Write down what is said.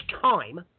time